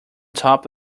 top